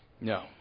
No